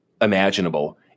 imaginable